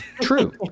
True